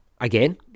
again